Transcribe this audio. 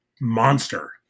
monster